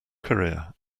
career